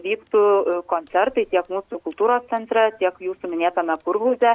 vyktų koncertai tiek mūsų kultūros centre tiek jūsų minėtame kurhauze